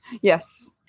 Yes